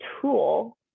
tool